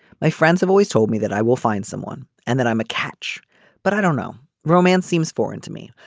my friends have always told me that i will find someone and that i'm a catch but i don't know. romance seems foreign to me.